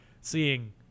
seeing